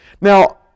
Now